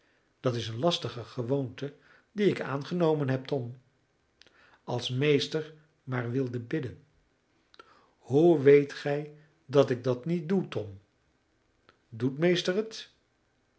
dat is een lastige gewoonte die ik aangenomen heb tom als meester maar wilde bidden hoe weet gij dat ik dat niet doe tom doet meester het